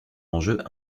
enjeu